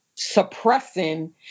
suppressing